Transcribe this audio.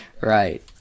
Right